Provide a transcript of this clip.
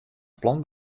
plan